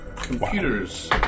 Computers